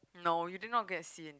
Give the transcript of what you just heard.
no you did not get C